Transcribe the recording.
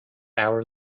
hour